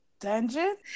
dungeon